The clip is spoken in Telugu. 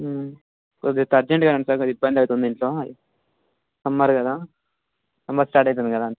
కొదిగా అర్జెంట్గా రండి సార్ మరి ఇబ్బంది అవుతుంది ఇంట్లో సమ్మర్ కదా సమ్మర్ స్టార్ట్ అవుతుంది కదా